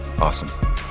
awesome